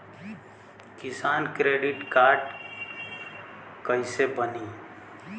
किसान credit card कइसे बानी?